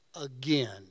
again